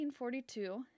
1942